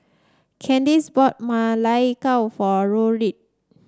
Candis bought Ma Lai Gao for Rodrick